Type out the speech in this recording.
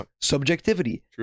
subjectivity